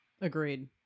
Agreed